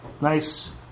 nice